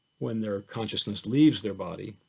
when their consciousness leaves their body,